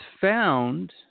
found